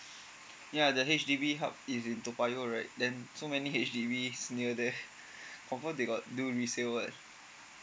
ya the H_D_B held is in toa payoh right then so many H_D_B near there confirm they got do resale what